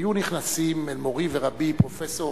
היו נכנסים אל מורי ורבי, פרופסור